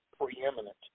preeminent